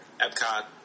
Epcot